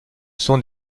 sont